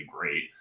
great